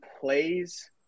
plays